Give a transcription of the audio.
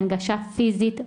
אם זה הנגשה פיזית,